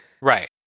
Right